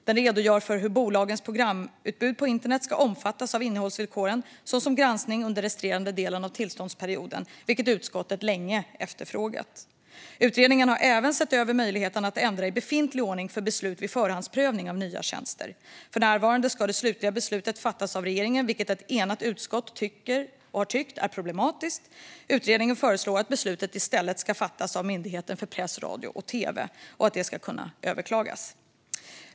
Den redogör för hur bolagens programutbud på internet ska omfattas av innehållsvillkoren, såsom granskning, under resterande delen av tillståndsperioden, vilket utskottet länge efterfrågat. Utredningen har även sett över möjligheten att ändra i befintlig ordning för beslut vid förhandsprövning av nya tjänster. För närvarande ska det slutliga beslutet fattas av regeringen, vilket ett enigt utskott har tyckt är problematiskt. Utredningen föreslår att beslutet i stället ska fattas av Myndigheten för press, radio och tv och att det ska kunna överklagas.